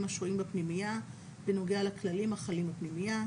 השוהים בפנימייה בנוגע לכללים החלים בפנימייה,